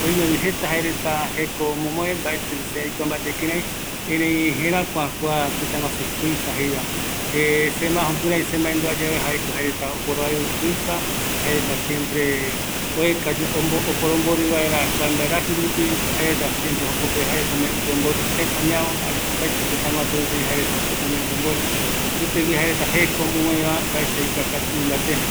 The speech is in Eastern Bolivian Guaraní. oimevi jeta jaereta jeko omomoe, mbaeti se aikua mbaete kirai, erei jerakua kua tëtagusu suiza jeiva se ma jukurai se maendua yave, jaeko jaereta oporoaiu tuisa, jaereta siempre oeka oporombori vaera, kua mbaeraji rupi, jaereta siempre jokope jaereta ome yombori tëtañavo, ani opaete tëta gusu rupi jaereta ome yombori, kutigui jaereta jeko omomoeva, mbaet aikuakavi mbate